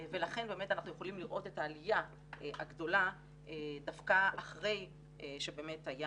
ולכן באמת אנחנו יכולים לראות את העלייה הגדולה דווקא אחרי שבאמת היה